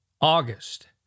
August